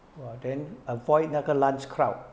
!wah! then avoid 那个 lunch crowd